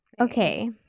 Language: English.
Okay